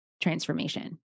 transformation